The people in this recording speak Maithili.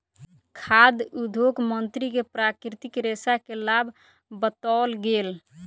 खाद्य उद्योग मंत्री के प्राकृतिक रेशा के लाभ बतौल गेल